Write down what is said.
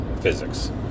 Physics